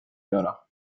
göra